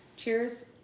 Cheers